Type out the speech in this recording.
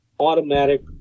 Automatic